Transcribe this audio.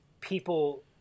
people